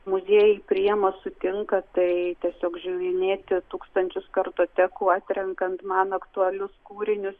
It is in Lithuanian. muziejai priima sutinka tai tiesiog žiūrinėti tūkstančius kartotekų atrenkant man aktualius kūrinius